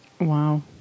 Wow